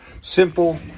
simple